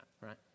right